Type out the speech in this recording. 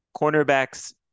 Cornerbacks